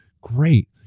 great